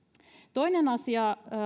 toinen asia